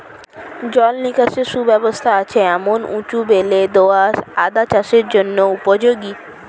জল নিকাশের সুব্যবস্থা আছে এমন উঁচু বেলে দোআঁশ আদা চাষের জন্য উপযোগী